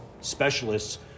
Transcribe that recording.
specialists